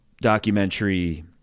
documentary